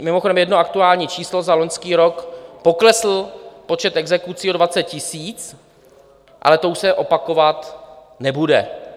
Mimochodem jedno aktuální číslo, za loňský rok poklesl počet exekucí o 20 000, ale to už se opakovat nebude.